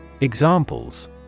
Examples